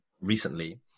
recently